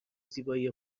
زیبایی